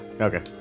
okay